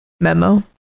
Memo